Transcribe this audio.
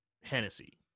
Hennessy